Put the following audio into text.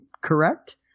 correct